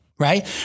right